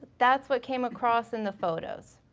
that's what came across in the photos.